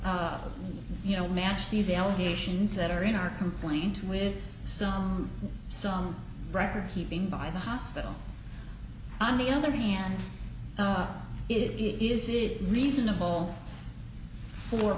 you know match these allegations that are in our complaint with some recordkeeping by the hospital on the other hand it is it reasonable for